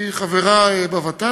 היא חברה בוות"ת.